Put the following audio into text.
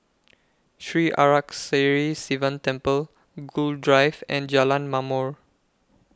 Sri Arasakesari Sivan Temple Gul Drive and Jalan Ma'mor